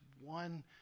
one